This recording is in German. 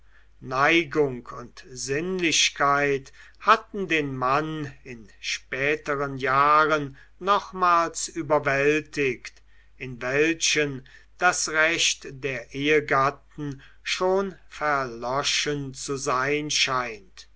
neigung und sinnlichkeit hatten den mann in späteren jahren nochmals überwältigt in welchen das recht der ehegatten schon verloschen zu sein scheint